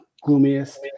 gloomiest